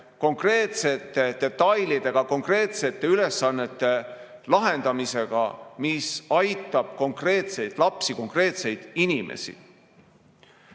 konkreetsete detailidega, konkreetsete ülesannete lahendamisega, mis aitab konkreetseid lapsi, konkreetseid inimesi.